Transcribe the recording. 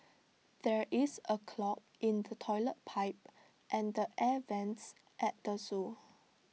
there is A clog in the Toilet Pipe and the air Vents at the Zoo